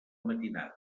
matinada